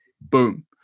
Boom